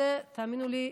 תאמינו לי,